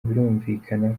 birumvikana